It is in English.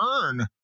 earn